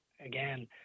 again